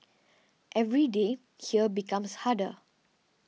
every day here becomes harder